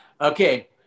Okay